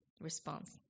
response